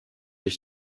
ich